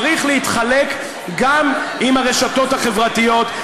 צריך להתחלק גם עם הרשתות החברתיות,